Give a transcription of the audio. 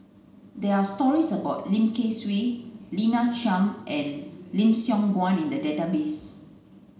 there are stories about Lim Kay Siu Lina Chiam and Lim Siong Guan in the database